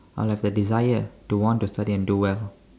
I'll have the desire to want to study and do well